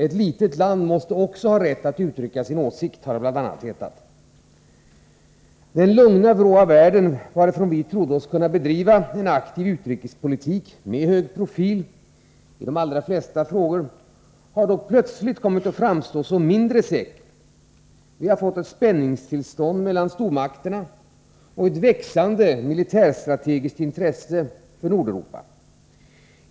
Ett litet land måste också ha rätt att uttrycka sin åsikt, har det bl.a. hetat. Den lugna vrå av världen, varifrån vi trodde oss kunna bedriva en aktiv utrikespolitik med hög profil i de flesta frågor, har dock plötsligt kommit att framstå som mindre säker. Vi har fått ett spänningstillstånd mellan stormakterna och ett växande militärstrategiskt intresse för Nordeuropa.